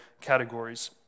categories